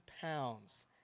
pounds